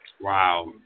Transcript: Wow